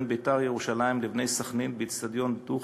"בית"ר ירושלים" ל"בני סח'נין" באיצטדיון "דוחה"